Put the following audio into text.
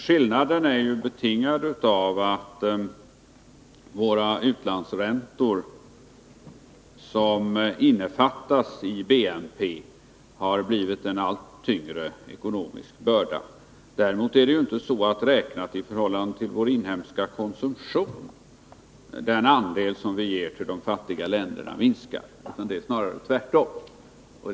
Skillnaden är betingad av att våra utlandsräntor, som innefattas i BNP, har blivit en allt tyngre ekonomisk börda. Däremot är det inte så att den andel som vi ger till de fattiga länderna minskar räknat i förhållande till vår inhemska konsumtion, utan det är snarare tvärtom.